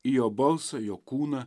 į jo balsą į jo kūną